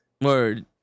Word